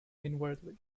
inwardly